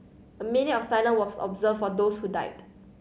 a minute of silence was observed for those who died